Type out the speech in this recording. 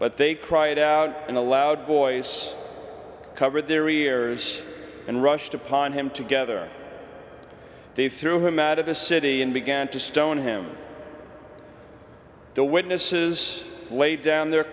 but they cried out in a loud voice covered their ears and rushed upon him together they threw him out of the city and began to stone him the witnesses laid down the